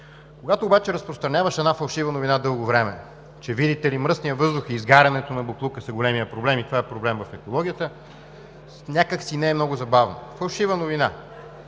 Когато обаче разпространяваш една фалшива новина дълго време, че, видите ли, мръсният въздух и изгарянето на боклука са големият проблем и това е проблем в екологията, някак си не е много забавно. Фалшива новина!